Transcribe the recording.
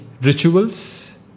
rituals